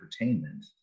entertainment